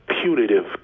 punitive